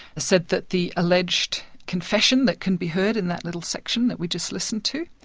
said that the alleged confession that can be heard in that little section that we just listened to,